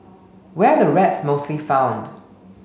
where're the rats mostly found